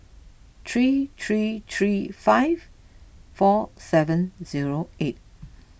three three three five four seven zero eight